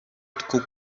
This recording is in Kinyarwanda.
two